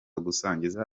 gusangiza